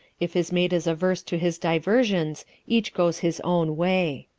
if his mate is averse to his diversions each goes his own way.